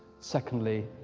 secondly,